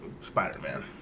Spider-Man